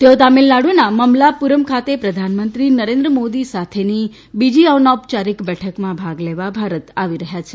તેઓ તમિલનાડુના મમલાપુરમ ખાતે પ્રધાનમંત્રી નરેન્દ્ર મોદી સાથેની બીજી અનૌપચારીક બેઠકમાં ભાગ લેવા ભારત આવી રહ્યા છે